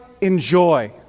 enjoy